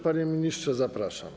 Panie ministrze, zapraszam.